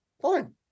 fine